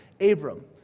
Abram